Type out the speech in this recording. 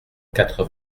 quatre